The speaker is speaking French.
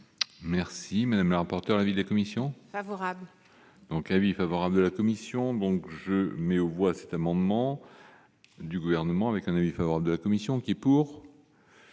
Merci madame la rapporteure, l'avis de la commission favorable donc, l'avis favorable de la commis. Si on donc je mets aux voix cet amendement du gouvernement avec un avis favorable de la commission qui pour.